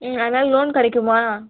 ம் அதனால் லோன் கிடைக்குமா